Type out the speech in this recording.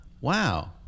wow